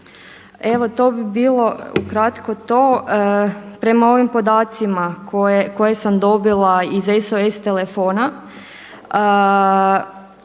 Evo to bi bilo ukratko to. Prema ovim podacima koje sam dobila iz SOS telefona